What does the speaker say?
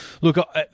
look